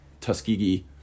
Tuskegee